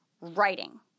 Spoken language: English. writing